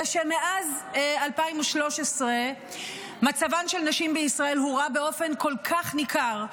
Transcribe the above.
אלא שמאז 2013 מצבן של נשים בישראל הורע באופן כל כך ניכר,